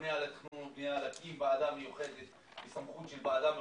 הממונה על התכנון והבנייה להקים ועדה מיוחדת בסמכות של ועדה מחוזית.